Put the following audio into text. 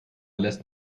lässt